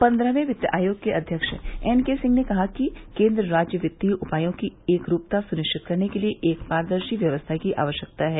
पन्द्रहवें वित्त आयोग के अध्यक्ष एन के सिंह ने कहा है कि केन्द्र राज्य कित्तीय उपायों की एक रूपता सुनिश्चित करने के लिए एक पारदर्शी व्यवस्था की आवश्यकता है